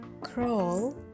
crawl